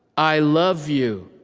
i love you.